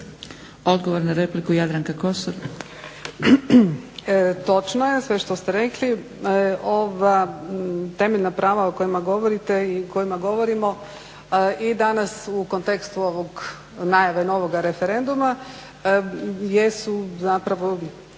Odgovor na repliku, Jadranka Kosor.